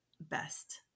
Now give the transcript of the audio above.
best